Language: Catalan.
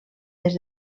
des